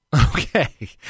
Okay